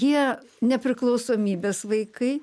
jie nepriklausomybės vaikai